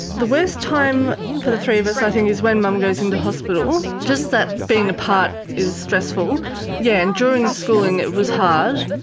the worst time for the three of us i think is when mum goes into hospital, just that being apart is stressful. yeah and during schooling it was hard.